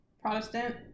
Protestant